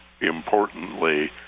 importantly